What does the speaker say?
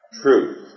truth